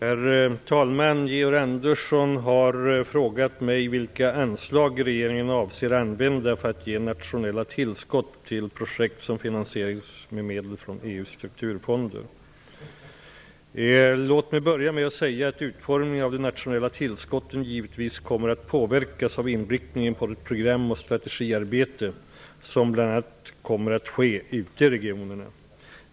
Herr talman! Georg Andersson har frågat mig vilka anslag regeringen avser använda för att ge nationella tillskott till projekt som finansieras med medel från EU:s strukturfonder. Låt mig börja med att säga, att utformningen av de nationella tillskotten givetvis kommer att påverkas av inriktningen på det program och strategiarbete som bl.a. kommer att ske ute i regionerna.